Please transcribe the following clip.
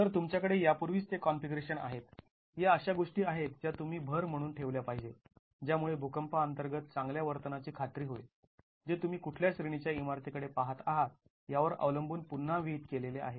तर तुमच्याकडे यापूर्वीच ते कॉन्फिगरेशन आहेत या अशा गोष्टी आहेत ज्या तुम्ही भर म्हणून ठेवल्या पाहिजेत ज्यामुळे भूकंपा अंतर्गत चांगल्या वर्तनाची खात्री होईल जे तुम्ही कुठल्या श्रेणी च्या इमारतीकडे पहात आहात यावर अवलंबून पुन्हा विहित केलेले आहेत